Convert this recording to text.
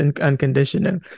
unconditional